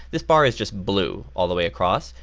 this bar is just blue all the way across,